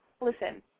listen